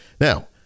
now